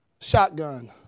shotgun